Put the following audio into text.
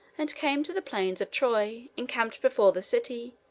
and came to the plains of troy, encamped before the city,